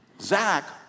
Zach